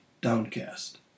downcast